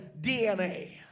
DNA